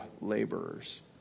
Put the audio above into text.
laborers